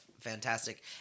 fantastic